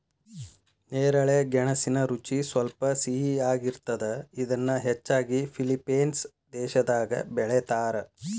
ನೇರಳೆ ಗೆಣಸಿನ ರುಚಿ ಸ್ವಲ್ಪ ಸಿಹಿಯಾಗಿರ್ತದ, ಇದನ್ನ ಹೆಚ್ಚಾಗಿ ಫಿಲಿಪೇನ್ಸ್ ದೇಶದಾಗ ಬೆಳೇತಾರ